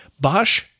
Bosch